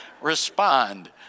respond